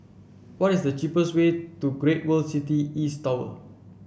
what is the cheapest way to Great World City East Tower